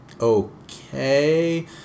okay